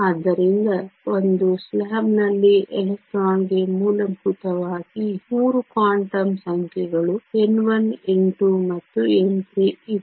ಆದ್ದರಿಂದ ಒಂದು ಸ್ಲಾಬ್ನಲ್ಲಿ ಎಲೆಕ್ಟ್ರಾನ್ಗೆ ಮೂಲಭೂತವಾಗಿ 3 ಕ್ವಾಂಟಮ್ ಸಂಖ್ಯೆಗಳು n1 n2 ಮತ್ತು n3 ಇವೆ